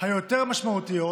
היותר-משמעותיות